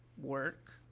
work